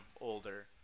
older